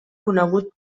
conegut